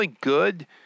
good